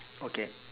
okay